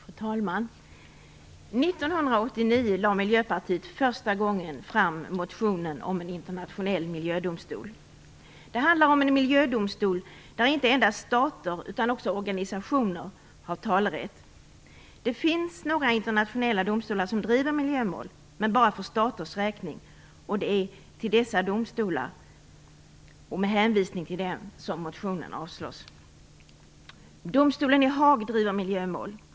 Fru talman! År 1989 lade Miljöpartiet för första gången fram motionen om en internationell miljödomstol. Det handlar om en miljödomstol där inte endast stater utan också organisationer har talerätt. Det finns några internationella domstolar som driver miljömål, men bara för staters räkning. Det är med hänvisning till dessa domstolar som motionen avslås. Domstolen i Haag driver miljömål.